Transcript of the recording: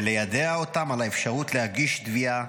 וליידע אותם על האפשרות להגיש תביעה